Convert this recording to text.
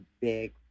big